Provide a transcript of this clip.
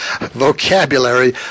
vocabulary